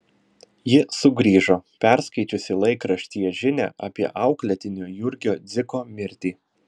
ji sugrįžo perskaičiusi laikraštyje žinią apie auklėtinio jurgio dziko mirtį